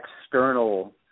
external